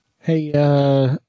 Hey